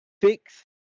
fix